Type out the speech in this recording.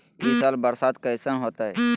ई साल बरसात कैसन होतय?